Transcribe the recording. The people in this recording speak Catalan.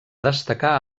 destacar